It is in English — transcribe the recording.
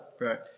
Right